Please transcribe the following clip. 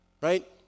right